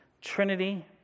Trinity